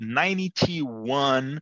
91